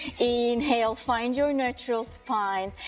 inhale, find your neutral spine,